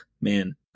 man